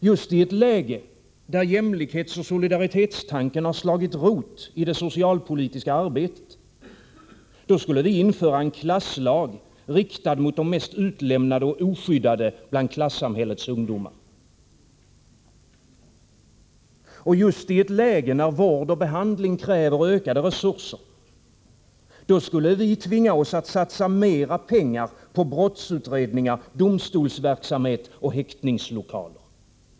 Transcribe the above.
Just i ett läge där jämlikhetsoch solidaritetstanken har slagit rot i det socialpolitiska arbetet, då skulle vi införa en klasslag, riktad mot de mest utlämnade och oskyddade av klassamhällets ungdomar. Just i ett läge när vård och behandling kräver ökade resurser, då skulle vi tvinga oss att satsa mer pengar på brottsutredningar, domstolsverksamhet och häktningslokaler.